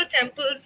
temples